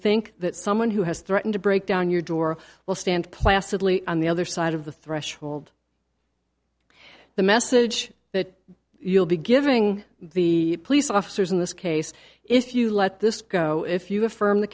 think that someone who has threatened to break down your door will stand placidly on the other side of the threshold the message that you'll be giving the police officers in this case if you let this go if you affirm the